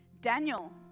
Daniel